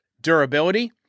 durability